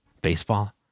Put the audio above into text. Baseball